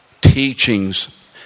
teachings